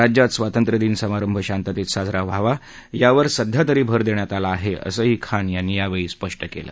राज्यात स्वातंत्र्यदिन समारंभ शांततेत साजरा व्हावा यावर सध्यातरी भर देण्यात आला आहे असंही खान यांनी यावेळी स्पष्ट केलं